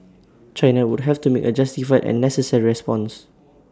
China would have to make A justified and necessary response